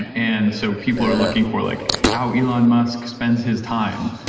and and so people are looking for like how elon musk spends his time,